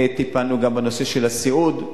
טיפלנו גם בנושא הסיעוד,